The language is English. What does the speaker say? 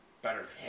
Better